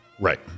Right